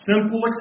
simple